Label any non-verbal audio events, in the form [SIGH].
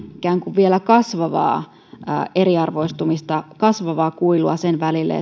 vielä ikään kuin kasvavaa eriarvoistumista kasvavaa kuilua niiden välillä [UNINTELLIGIBLE]